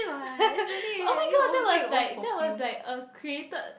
but oh-my-god that was like that was like a created